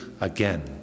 again